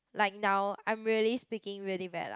like now I'm really speaking very bad lah